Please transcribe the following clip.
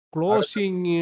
Closing